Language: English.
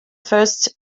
first